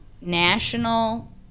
national